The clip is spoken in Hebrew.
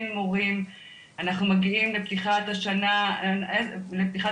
אנחנו מגיעים לפתיחת השנה במצב